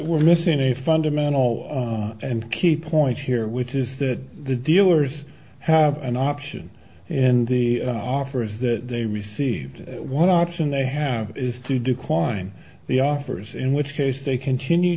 we're missing a fundamental and key point here which is that the dealers have an option and the offers that they received one option they have is to decline the offers in which case they continue